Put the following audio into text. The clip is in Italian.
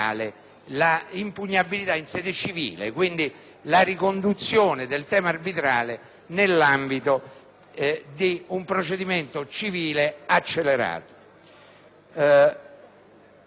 la riconduzione del tema arbitrale nell'ambito di un procedimento civile accelerato.